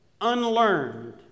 Unlearned